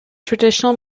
traditional